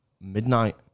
midnight